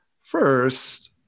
First